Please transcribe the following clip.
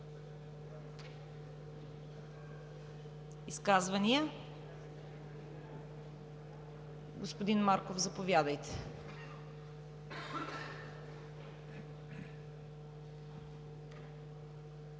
изказвания. Господин Марков, заповядайте.